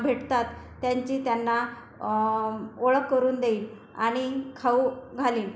भेटतात त्यांची त्यांना ओळख करून देईल आणि खाऊ घालीन